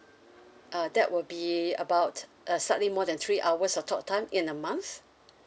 uh that would be about uh slightly more than three hours of talk time in a month